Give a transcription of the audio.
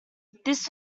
this